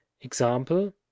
Example